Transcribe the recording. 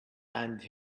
and